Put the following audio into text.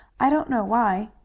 i don't know why.